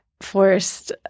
forced